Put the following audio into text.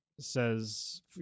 says